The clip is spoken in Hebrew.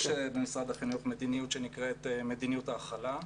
יש במשרד החינוך מדיניות שנקראת "מדיניות ההחלה"